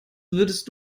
würdest